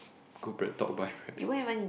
go BreadTalk buy bread